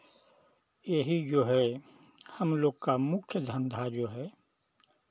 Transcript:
यही जो है हम लोग का मुख्य धंधा जो है